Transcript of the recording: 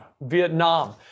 Vietnam